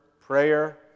prayer